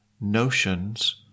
notions